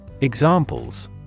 Examples